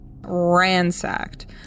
ransacked